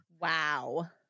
Wow